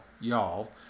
y'all